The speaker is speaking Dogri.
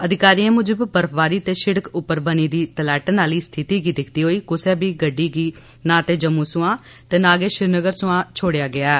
अधिकारिए मुजब बर्फबारी ते शिड़क उप्पर बनी दी तलैट आह्ली स्थिति गी दिक्खदे होई कुसै बी गड्डी गी नां ते जम्मू थमां ते नां गै श्रीनगर थमां छोड़ेआ गेआ ऐ